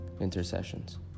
Intercessions